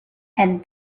and